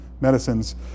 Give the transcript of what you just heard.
Medicine's